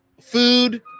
food